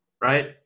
right